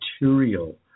material